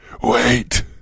Wait